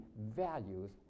values